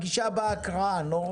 בפגישה הבאה הקראה, אני לא רוצה דיבורים.